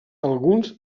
alguns